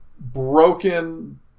broken